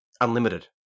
unlimited